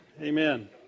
Amen